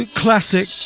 classic